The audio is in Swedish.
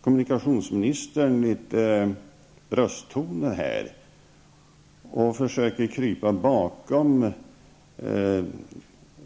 Kommunikationsministern tog till brösttoner. Han försökte krypa bakom